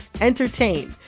entertain